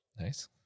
nice